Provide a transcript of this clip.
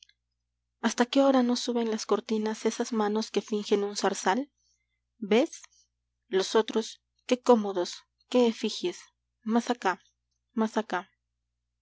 hasta qué hora no suben las cortinas esas manos que fingen un zarzal ves los otros qué cómodos qué efigies mas acá mas acá